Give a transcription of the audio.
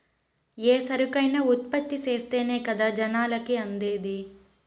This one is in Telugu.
ఏ సరుకైనా ఉత్పత్తి చేస్తేనే కదా జనాలకి అందేది